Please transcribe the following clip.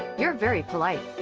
you're very polite.